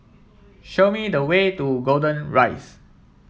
show me the way to Golden Rise